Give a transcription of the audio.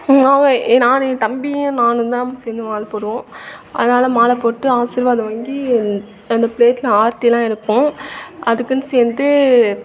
நாவே நான் என் தம்பியும் நானும்தான் சேர்ந்து மாலை போடுவோம் அதனால் மாலை போட்டு ஆசீர்வாதம் வாங்கி அந்த ப்ளேட்டில் ஆரத்திலாம் எடுப்போம் அதுக்குன்னு சேர்ந்து